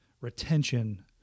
retention